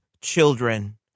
children